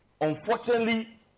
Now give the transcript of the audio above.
unfortunately